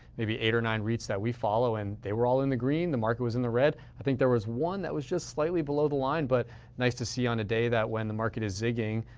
eight or nine reits that we follow. and they were all in the green, the market was in the red. i think there was one that was just slightly below the line. but nice to see on a day that, when the market is zigging,